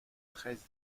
treize